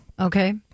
Okay